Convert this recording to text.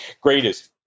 greatest